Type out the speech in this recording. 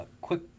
quick